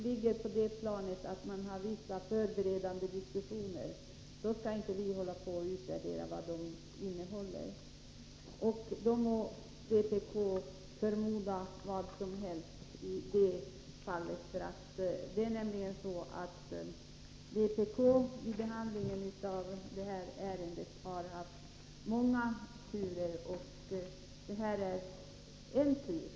Men så länge det bara pågår förberedande diskussioner skall inte vi utvärdera vad de innehåller, oavsett vad vpk förmodar i det fallet. Vid behandlingen av det här ärendet har vpk haft många turer, och det här är en tur.